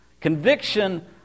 Conviction